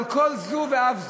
אבל כל זאת ואף זאת,